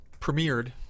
premiered